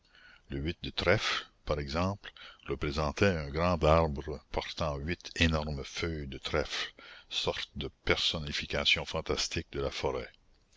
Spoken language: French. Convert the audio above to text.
le huit de trèfle par exemple représentait un grand arbre portant huit énormes feuilles de trèfle sorte de personnification fantastique de la forêt